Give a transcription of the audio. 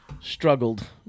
struggled